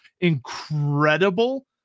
incredible